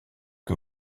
que